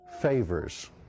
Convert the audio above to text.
favors